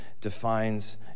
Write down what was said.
defines